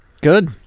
good